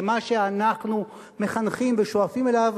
במה שאנחנו מחנכים ושואפים אליו,